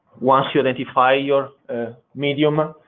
once you identify your medium,